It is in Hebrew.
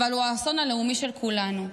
אבל הוא האסון הלאומי של כולנו.